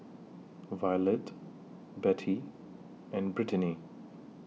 Violette Bette and Brittanie